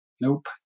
Nope